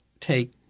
take